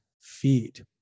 feed